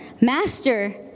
Master